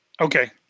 okay